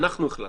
אנחנו החלטנו.